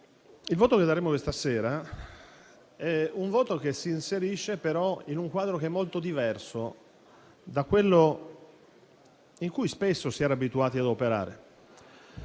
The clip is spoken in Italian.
il voto che daremo questa sera si inserisce in un quadro che è molto diverso da quello in cui spesso si era abituati ad operare.